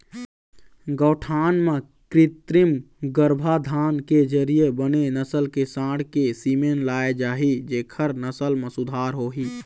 गौठान म कृत्रिम गरभाधान के जरिया बने नसल के सांड़ के सीमेन लाय जाही जेखर नसल म सुधार होही